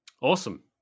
Awesome